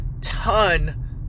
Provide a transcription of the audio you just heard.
ton